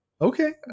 Okay